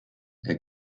est